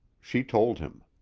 she told him.